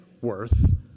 worth